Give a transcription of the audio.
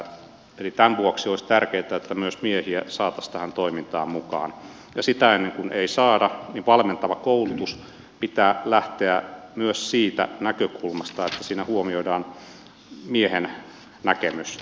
eli tämän vuoksi olisi tärkeätä että myös miehiä saataisiin tähän toimintaan mukaan ja sitä ennen kun ei saada valmentavan koulutuksen pitää lähteä myös siitä näkökulmasta että siinä huomioidaan miehen näkemys